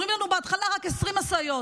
אומרים לנו בהתחלה: רק 20 משאיות,